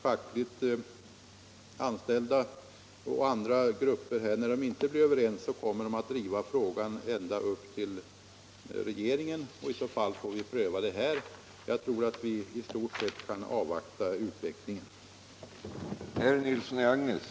fackligt anställda och andra grupper inte blir överens kommer de att driva frågan ända upp till regeringen, och i så fall får vi pröva den här. Jag tror därför att vi i stort sett lugnt kan avvakta utvecklingen.